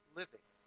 living